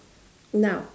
now